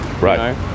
right